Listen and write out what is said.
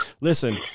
listen